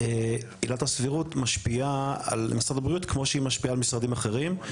שעילת הסבירות משפיעה על משרד הבריאות כמו שהיא משפיעה על משרדים אחרים.